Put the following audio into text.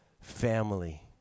family